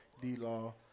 D-Law